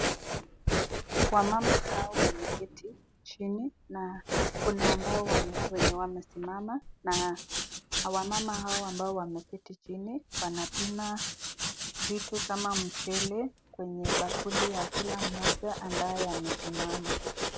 Wamama hao wameketi chini na kuna ambao wenye wamesimama na wamama hao ambao wameketi chini wanapima vitu kama mchele kwenye bakuli ya kila mmoja ambaye amesimama.